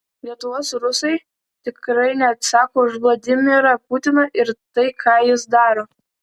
lietuvos rusai tikrai neatsako už vladimirą putiną ir tai ką jis daro